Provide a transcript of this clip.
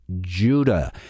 Judah